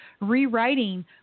rewriting